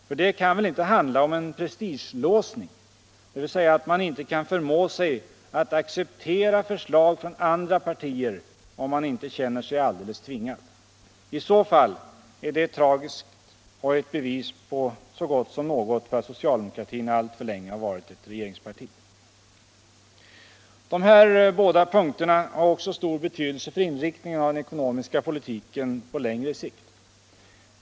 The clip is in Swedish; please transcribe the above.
För det kan väl inte handla om en prestigelåsning, dvs. att man inte kan förmå sig att acceptera förslag från andra partier om man inte känner sig alldeles tvingad. I så fall är det tragiskt och ett bevis så gott som något för att socialdemokratin alltför länge har varit ett regeringsparti. De här båda punkterna har också stor betydelse för inriktningen av den ekonomiska politiken på längre sikt.